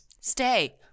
Stay